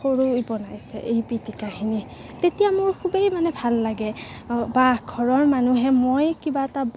সৰুই বনাইছে এই পিটিকাখিনি তেতিয়া মোৰ খুবেই মানে ভাল লাগে বা ঘৰৰ মানুহে মই কিবা এটা